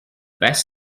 best